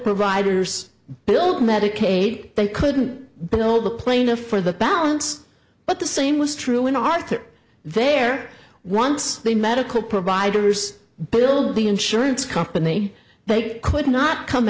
providers bill medicaid they couldn't bill the plaintiff for the balance but the same was true in arthur their once the medical providers bill the insurance company they could not come